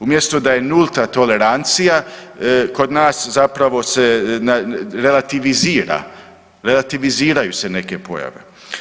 Umjesto da je nulta tolerancija, kod nas zapravo se relativizira, relativiziraju se neke pojave.